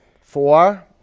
Four